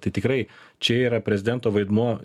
tai tikrai čia yra prezidento vaidmuo